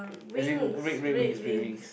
as in red red with its steerings